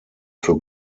für